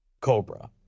Cobra